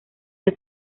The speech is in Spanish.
que